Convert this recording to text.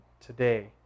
today